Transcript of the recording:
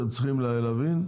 אתם צריכים להבין,